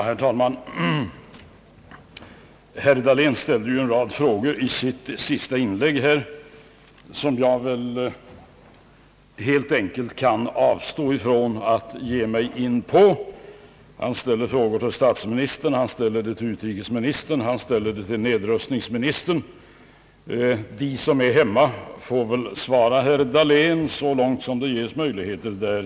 Herr talman! Herr Dahlén ställde en rad frågor, som jag väl helt enkelt kan avstå från att ge mig in på. Han ställde frågor till statsministern, till utrikesministern och till nedrustningsministern. De som är hemma får väl svara herr Dahlén så långt som det ges möjligheter till.